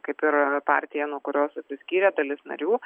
kaip ir partija nuo kurios atsiskyrė dalis narių